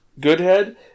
Goodhead